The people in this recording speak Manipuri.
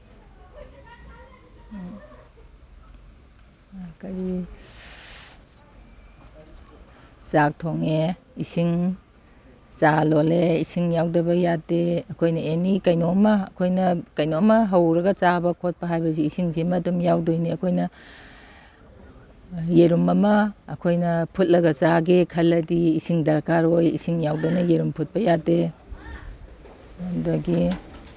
ꯀꯔꯤ ꯆꯥꯛ ꯊꯣꯡꯉꯦ ꯏꯁꯤꯡ ꯆꯥ ꯂꯣꯜꯂꯦ ꯏꯁꯤꯡ ꯌꯥꯎꯗꯕ ꯌꯥꯗꯦ ꯑꯩꯈꯣꯏꯅ ꯑꯦꯅꯤ ꯀꯩꯅꯣꯝꯃ ꯑꯩꯈꯣꯏꯅ ꯀꯩꯅꯣꯝꯃ ꯍꯧꯔꯒ ꯆꯥꯕ ꯈꯣꯠꯄ ꯍꯥꯏꯕꯁꯤ ꯏꯁꯤꯡꯁꯤꯃ ꯑꯗꯨꯝ ꯌꯥꯎꯗꯣꯏꯅꯤ ꯑꯩꯈꯣꯏꯅ ꯌꯦꯔꯨꯝ ꯑꯃ ꯑꯩꯈꯣꯏꯅ ꯐꯨꯠꯂꯒ ꯆꯥꯒꯦ ꯈꯜꯂꯗꯤ ꯏꯁꯤꯡ ꯗꯔꯀꯥꯔ ꯑꯣꯏ ꯏꯁꯤꯡ ꯌꯥꯎꯗꯅ ꯌꯦꯔꯨꯝ ꯐꯨꯠꯄ ꯌꯥꯗꯦ ꯑꯗꯒꯤ